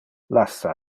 lassa